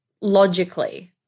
logically